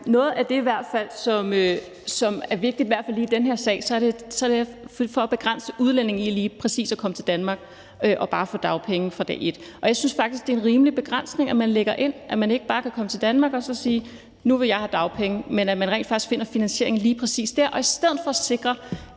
Noget af det, som i hvert fald er vigtigt lige i den her sag, er at begrænse udlændinge i lige præcis at komme til Danmark og bare få dagpenge fra dag et. Og jeg synes faktisk, det er en rimelig begrænsning, man lægger ind, altså at man ikke bare kan komme til Danmark og sige, at nu vil man have dagpenge, men at vi rent faktisk finder finansieringen lige præcis dér og i stedet for sikrer,